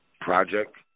project